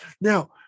Now